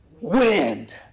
Wind